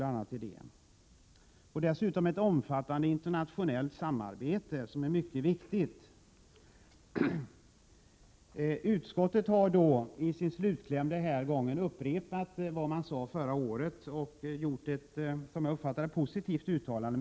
Dessutom bedrivs ett omfattande internationellt samarbete, som är mycket viktigt. Utskottet har den här gången i sin slutkläm upprepat vad man sade förra året och gjort, som jag uppfattar det, ett positivt uttalande.